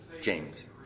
James